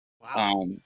Wow